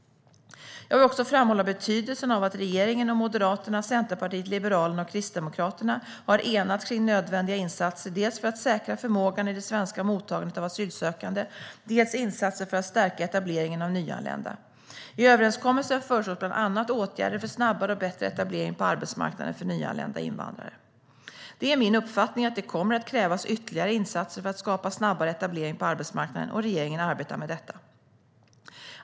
Jag vill också framhålla betydelsen av att regeringen och Moderaterna, Centerpartiet, Liberalerna och Kristdemokraterna har enats kring nödvändiga insatser för att dels säkra förmågan i det svenska mottagandet av asylsökande, dels stärka etableringen av nyanlända. I överenskommelsen föreslås bland annat åtgärder för snabbare och bättre etablering på arbetsmarknaden för nyanlända invandrare. Det är min uppfattning att det kommer att krävas ytterligare insatser för att skapa snabbare etablering på arbetsmarknaden, och regeringen arbetar med detta.